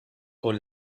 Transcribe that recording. con